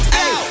out